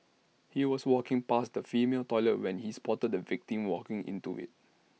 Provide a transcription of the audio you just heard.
he was walking past the female toilet when he spotted the victim walking into IT